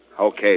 okay